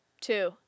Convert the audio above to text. Two